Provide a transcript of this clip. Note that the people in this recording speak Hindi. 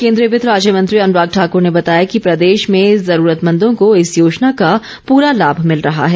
केन्द्रीय वित्त राज्य मंत्री अनुराग ठाकर ने बताया कि प्रदेश में ज़रूरतमंदों को इस योजना का पूरा लाभ मिल रहा है